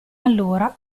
allora